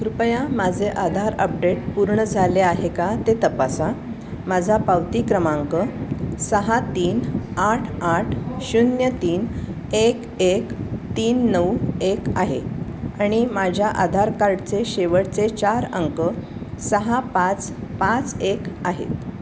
कृपया माझे आधार अपडेट पूर्ण झाले आहे का ते तपासा माझा पावती क्रमांक सहा तीन आठ आठ शून्य तीन एक एक तीन नऊ एक आहे आणि माझ्या आधार कार्डचे शेवटचे चार अंक सहा पाच पाच एक आहेत